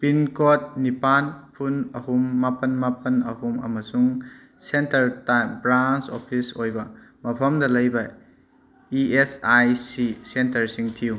pin code ꯅꯤꯄꯥꯜ ꯐꯨꯟ ꯑꯍꯨꯝ ꯃꯥꯄꯜ ꯃꯥꯄꯜ ꯑꯍꯨꯝ ꯑꯃꯁꯨꯡ ꯁꯦꯟꯇꯔ ꯇꯥꯏꯞ ꯕ꯭ꯔꯥꯟꯁ ꯑꯣꯐꯤꯁ ꯑꯣꯏꯕ ꯃꯐꯝꯗ ꯂꯩꯕ ꯏ ꯑꯦꯁ ꯑꯥꯏ ꯁꯤ ꯁꯦꯟꯇꯔꯁꯤꯡ ꯊꯤꯎ